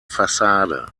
fassade